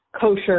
kosher